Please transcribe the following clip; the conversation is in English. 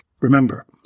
Remember